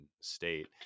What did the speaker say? state